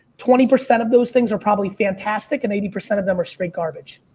twenty percent of those things are probably fantastic. and eighty percent of them are straight garbage.